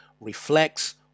reflects